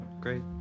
Great